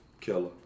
Killer